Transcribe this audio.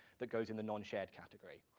that goes in the non-shared category,